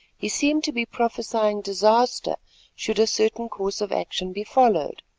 he seemed to be prophesying disaster should a certain course of action be followed.